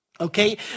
Okay